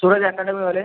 Suraj अॅकॅडमीवाले